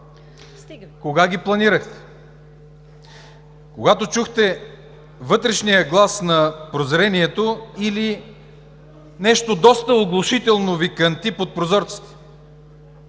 Кога ги планирахте? Когато чухте вътрешния глас на прозрението или нещо доста оглушително Ви кънти под прозорците?!